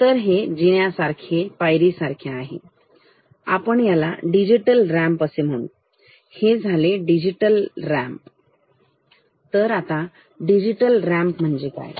तर हे जिन्या सारखे पायरी सारखे आहे तर आपण याला डिजिटल रॅम्प असे म्हणू हे झाले डिजिटल रॅम्प म्हणजे काय